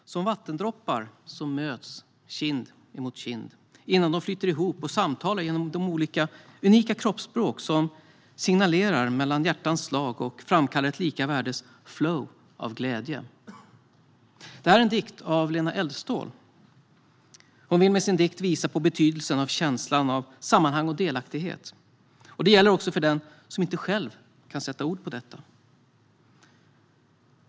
Herr talman! Som vattendroppar som möts kind emot kind innan de flyter ihop och samtalar genom de olika unika kroppsspråk som signalerar mellan hjärtans slag och framkallar ett lika värdes flow av glädje. Detta är hämtat ur en dikt av Lena Eldståhl. Hon vill med sin dikt visa på betydelsen av känslan av sammanhang och delaktighet, och det gäller också för den som inte själv kan sätta ord på detta.